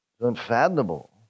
Unfathomable